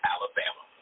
Alabama